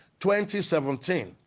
2017